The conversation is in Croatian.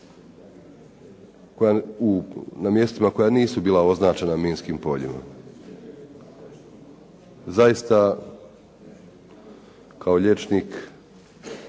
na mjestima koja nisu bila označena minskim poljima. Zaista kao liječnik